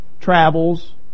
travels